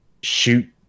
shoot